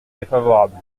défavorable